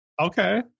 Okay